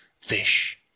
fish